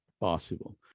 possible